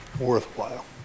worthwhile